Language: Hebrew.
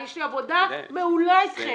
יש לי עבודה מעולה אתכם,